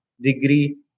degree